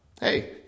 hey